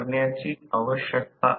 फक्त मी या मालिकेचा भाग विचार करीत आहे